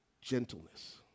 gentleness